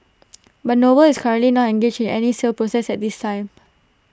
but noble is currently not engaged in any sale process at this time